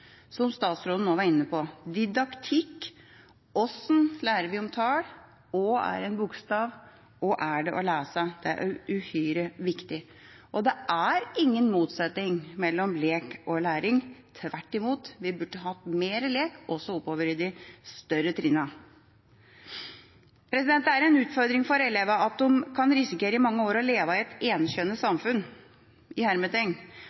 som statsråden også var inne på. Didaktikk: Hvordan lærer man om tall? Hva er en bokstav? Hva er det å lese? Dette er uhyre viktig, og det er ingen motsetning mellom lek og læring – tvert imot. Vi burde hatt mer lek, også oppover i de høyere klassetrinnene. Det er en utfordring for elevene at de kan risikere i mange år å leve i et «enkjønnet samfunn».